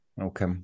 Okay